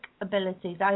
abilities